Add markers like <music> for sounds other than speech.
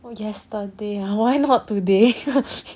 well yesterday ah why not today <laughs>